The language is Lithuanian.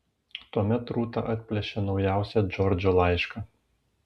tuomet rūta atplėšė naujausią džordžo laišką